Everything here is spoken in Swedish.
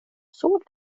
såg